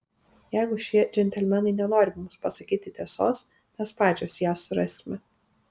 jeigu šie džentelmenai nenori mums pasakyti tiesos mes pačios ją surasime